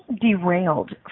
derailed